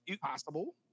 possible